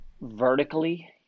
vertically